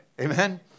Amen